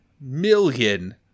million